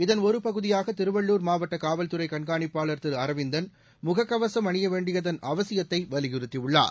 இதன் ஒரு பகுதியாக திருவள்ளூர் மாவட்ட காவல்துறை கண்காணிப்பாளர் திரு அரவிந்தன் முகக்கவசம் அணிய வேண்டியதன் அவசியத்தை வலியுறுத்தியுள்ளார்